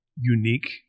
unique